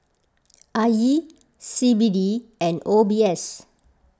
I E C B D and O B S